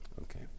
Okay